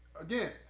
Again